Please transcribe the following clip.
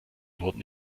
wurden